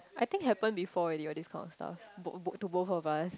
I think happen before already what these kind of stuff both both to both of us